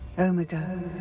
Omega